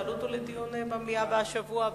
תעלו אותו לדיון במליאה בשבוע הבא.